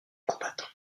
combattant